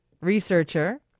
researcher